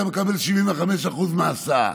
אתה מקבל 75% מההסעה.